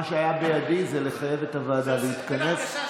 מה שהיה בידי זה לחייב את הוועדה להתכנס.